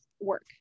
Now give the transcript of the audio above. work